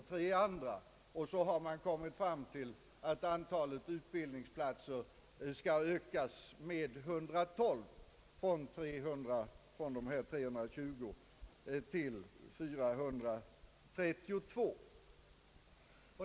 Därvid har man kommit fram till att antalet utbildningsplatser skall ökas med ytterligare 112.